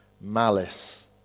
malice